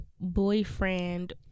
boyfriend